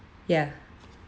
ya